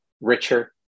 Richer